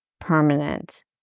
permanent